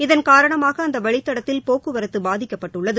இதன் காரணமாக அந்த வழித்தடத்தில் போக்குவரத்து பாதிக்கப்பட்டுள்ளது